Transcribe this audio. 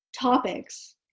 topics